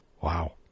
Wow